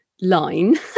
line